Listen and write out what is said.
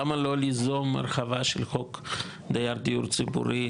למה לא ליזום הרחבה של חוק דייר דיור ציבורי,